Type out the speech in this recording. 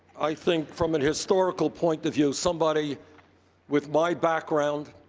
i think, from a historical point of view, somebody with my background,